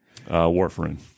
Warfarin